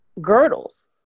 girdles